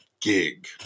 gig